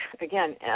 again